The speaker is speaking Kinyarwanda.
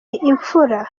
imfura